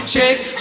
Shake